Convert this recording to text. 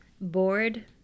bored